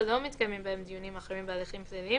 ולא מתקיימים בהם דיונים אחרים בהליכים פליליים,